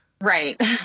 Right